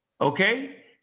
okay